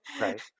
Right